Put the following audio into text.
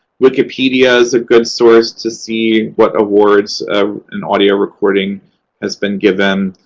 wikipedia is a good source to see what awards an audio recording has been given.